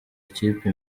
ikipe